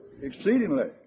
exceedingly